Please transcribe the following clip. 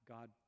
God